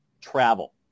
travel